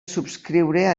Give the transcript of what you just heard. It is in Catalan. subscriure